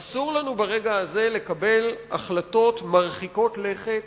אסור לנו ברגע הזה לקבל החלטות מרחיקות לכת